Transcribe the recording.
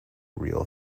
real